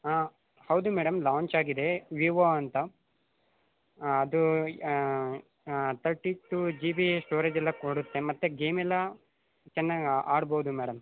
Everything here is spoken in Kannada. ಹಾಂ ಹೌದು ಮೇಡಮ್ ಲಾಂಚ್ ಆಗಿದೆ ವಿವೊ ಅಂತ ಅದು thirty two G B storage ಎಲ್ಲ ಕೊಡುತ್ತೆ ಮತ್ತೆ ಗೇಮೆಲ್ಲ ಚೆನ್ನಾಗಿ ಆಡ್ಬೌದು ಮೇಡಮ್